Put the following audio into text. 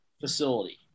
facility